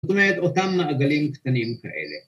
‫זאת אומרת, אותם מעגלים קטנים כאלה.